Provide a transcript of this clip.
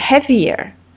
heavier